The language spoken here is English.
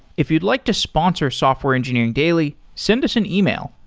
if you'd like to sponsor software engineering daily, send us an email,